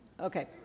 Okay